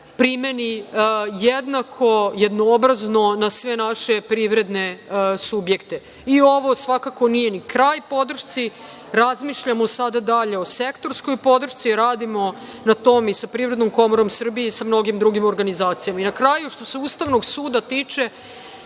primeni jednako, jednoobrazno na sve naše privredne subjekte.I ovo svakako nije ni kraj podršci, razmišljamo sada dalje o sektorskoj podršci. Radimo na tome i sa PKS i sa mnogim drugim organizacijama. I na kraju što se Ustavnog suda tiče,